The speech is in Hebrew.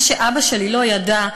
מה שאבא שלי לא ידע,